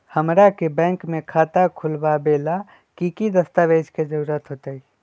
हमरा के बैंक में खाता खोलबाबे ला की की दस्तावेज के जरूरत होतई?